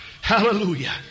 Hallelujah